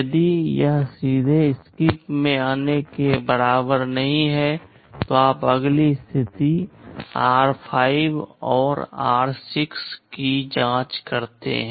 यदि यह सीधे SKIP में आने के बराबर नहीं है तो आप अगली स्थिति r5 और r6 की जांच करते हैं